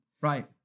Right